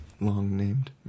Long-named